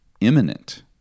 imminent